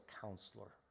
counselor